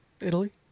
Italy